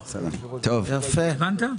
הבנת?